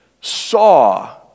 saw